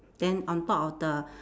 then on top of the